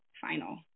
final